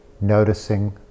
noticing